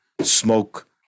smoke